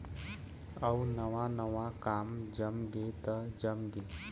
अउ नवा नवा काम जमगे त जमगे